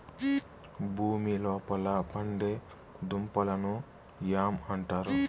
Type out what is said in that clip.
భూమి లోపల పండే దుంపలను యామ్ అంటారు